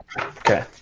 Okay